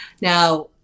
Now